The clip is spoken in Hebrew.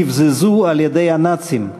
גילוי מאות יצירות וציורים שנבזזו על-ידי הנאצים.